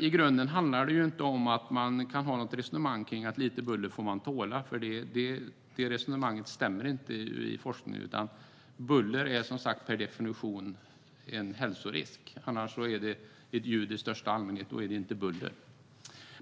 I grunden kan man alltså inte ha ett resonemang om att man får tåla lite buller, för det resonemanget stämmer inte med forskningen. Buller är som sagt per definition en hälsorisk, annars är det ett ljud i största allmänhet och inte buller.